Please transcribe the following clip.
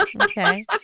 Okay